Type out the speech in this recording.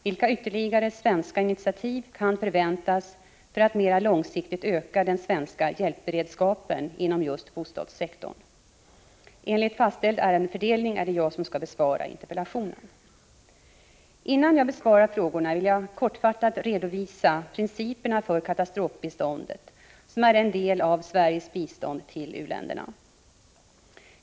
Vilka ytterligare svenska initiativ kan förväntas för att mera långsiktigt öka den svenska hjälpberedskapen inom just bostadssektorn? Enligt fastställd ärendefördelning är det jag som skall besvara interpellationen. Innan jag besvarar frågorna vill jag kortfattat redovisa principerna för katastrofbiståndet, som är en del av Sveriges bistånd till u-länderna.